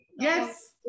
Yes